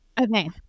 okay